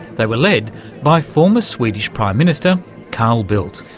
they were led by former swedish prime minister carl bildt.